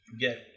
get